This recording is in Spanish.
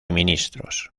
ministros